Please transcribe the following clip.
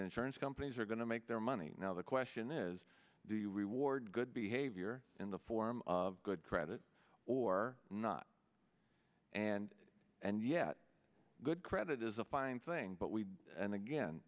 surance companies are going to make their money now the question is do you reward good behavior in the form of good credit or not and and yet good credit is a fine thing but we and again